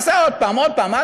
עשה עוד פעם ועוד פעם.